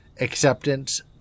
acceptance